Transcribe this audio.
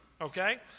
okay